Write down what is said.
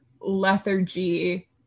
lethargy